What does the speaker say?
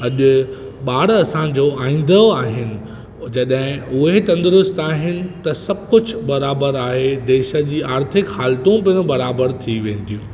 अॼु ॿारु असांजो आहींदो आहिनि उहे जॾहिं उहे तंदुरुस्त अहिनि त सभु कुझु बराबरि आहे देश जी आर्थिक हालतूं बि बराबरि थी वेंदियूं